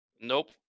Nope